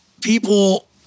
People